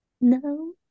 No